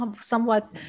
somewhat